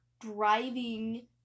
driving